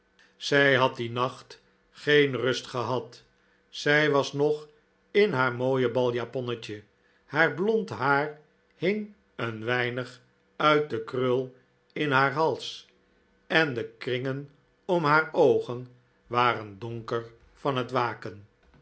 zij had dien nacht geen rust gehad zij was nog in haar mooi baljaponnetje haar blond haar hing een weinig uit de krul in haar hals en de kringen om haar oogen waren donker van het waken